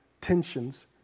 tensions